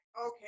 okay